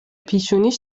پیشونیش